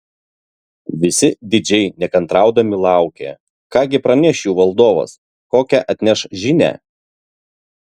visi didžiai nekantraudami laukė ką gi praneš jų valdovas kokią atneš žinią